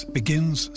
begins